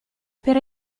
per